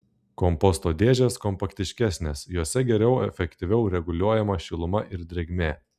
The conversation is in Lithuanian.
komposto dėžės kompaktiškesnės jose geriau efektyviau reguliuojama šiluma ir drėgmė